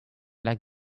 like